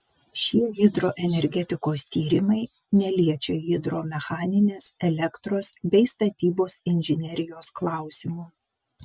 šie hidroenergetikos tyrimai neliečia hidromechaninės elektros bei statybos inžinerijos klausimų